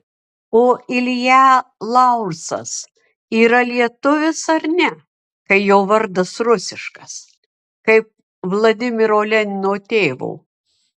o ilja laursas yra lietuvis ar ne kai jo vardas rusiškas kaip vladimiro lenino tėvo